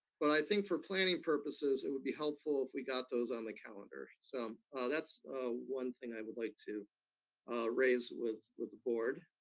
but i think for planning purposes it would be helpful if we got those on the calendar. so that's one thing i would like to raise with with the board.